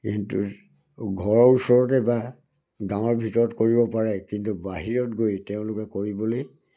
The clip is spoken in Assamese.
কিন্তু ঘৰৰ ওচৰতে বা গাঁৱৰ ভিতৰত কৰিব পাৰে কিন্তু বাহিৰত গৈ তেওঁলোকে কৰিবলৈ